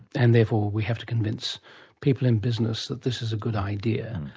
and therefore we have to convince people in business that this is a good idea.